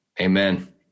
Amen